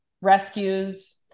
rescues